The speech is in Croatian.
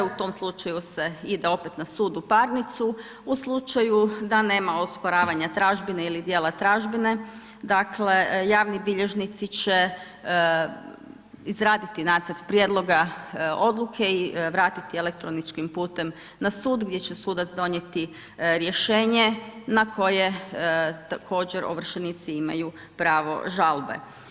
U tom slučaju ide opet na sud u parnicu, u slučaju da nema osporavanja tražbine ili dijela tražbine javni bilježnici će izraditi nacrt prijedloga odluke i vratiti elektroničkim putem na sud gdje će sudac donijeti rješenje na koje također ovršenici imaju pravo žalbe.